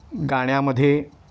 गाण्यामध्ये